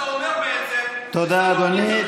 תודה, אדוני.